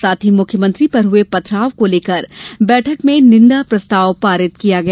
साथ ही मुख्यमंत्री पर हुये पथराव को लेकर बैठक में निंदा प्रस्ताव पारित किया गया